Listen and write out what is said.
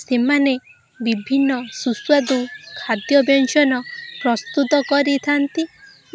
ସେମାନେ ବିଭିନ୍ନ ସୁସ୍ୱାଦୁ ଖାଦ୍ୟ ବ୍ୟଞ୍ଜନ ପ୍ରସ୍ତୁତ କରିଥାଆନ୍ତି